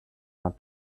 out